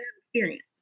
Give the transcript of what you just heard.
experience